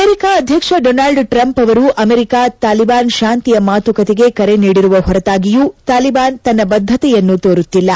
America ಅಧ್ಯಕ್ಷ Donald Trump ಅವರು America Taliban ಶಾಂತಿಯ ಮಾತುಕತೆಗೆ ಕರೆ ನೀಡಿರುವ ಹೊರತಾಗಿಯೂ ತಾಲಿಬಾನ್ ತನ್ನ ಬದ್ಧತೆಯನ್ನು ತೋರುತ್ತಿಲ್ಲ